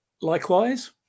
likewise